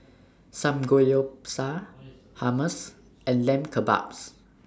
Samgeyopsal Hummus and Lamb Kebabs